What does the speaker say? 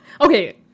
Okay